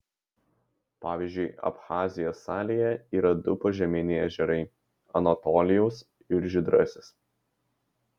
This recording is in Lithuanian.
pavyzdžiui abchazijos salėje yra du požeminiai ežerai anatolijaus ir žydrasis